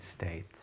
States